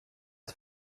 att